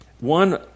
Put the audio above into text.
One